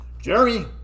Jeremy